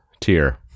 tier